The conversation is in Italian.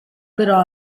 però